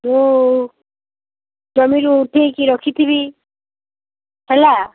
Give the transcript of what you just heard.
ମୁଁ ଜମିରୁ ଉଠେଇକି ରଖିଥିବି ହେଲା